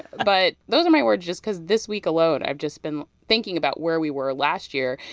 but those are my words just because this week alone, i've just been thinking about where we were last year.